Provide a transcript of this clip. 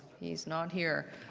he's not here.